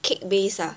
cake base ah